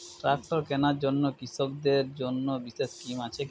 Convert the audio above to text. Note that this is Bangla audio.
ট্রাক্টর কেনার জন্য কৃষকদের জন্য বিশেষ স্কিম আছে কি?